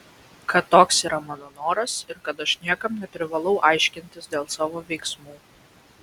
kad toks yra mano noras ir kad aš niekam neprivalau aiškintis dėl savo veiksmų